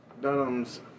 Dunham's